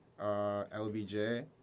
LBJ